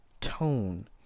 tone